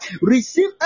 receive